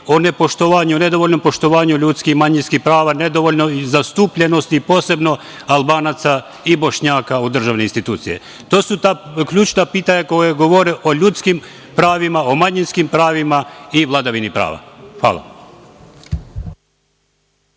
govori o nedovoljnom poštovanju ljudskih i manjinskih prava, nedovoljnoj zastupljenosti, posebno Albanaca i Bošnjaka, u državne institucije? To su ta ključna pitanja koja govore o ljudskim pravima, o manjinskim pravima i vladavini prava. Hvala.